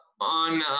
on